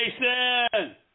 Jason